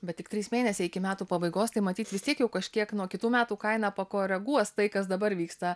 bet tik trys mėnesiai iki metų pabaigos tai matyt vis tiek jau kažkiek nuo kitų metų kaina pakoreguos tai kas dabar vyksta